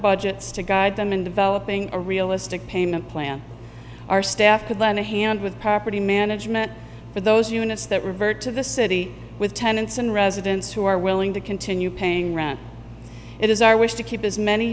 budgets to guide them in developing a realistic payment plan our staff could lend a hand with property management for those units that revert to the city with tenants and residents who are willing to continue paying rent it is our wish to keep as many